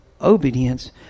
obedience